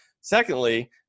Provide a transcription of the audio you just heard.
secondly